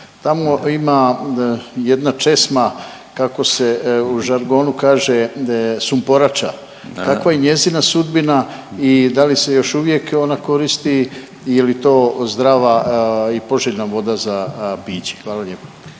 tamo ima jedna česma, kako se u žargonu kaže, sumporača, kakva je njezina sudbina i da li se još uvijek ona koristi i je li to zdrava i poželjna voda za piće? Hvala lijepo.